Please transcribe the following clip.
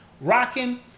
rocking